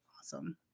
awesome